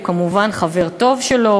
הוא כמובן חבר טוב שלו,